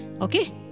Okay